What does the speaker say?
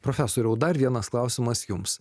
profesoriau dar vienas klausimas jums